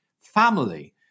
family